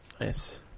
Nice